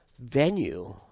venue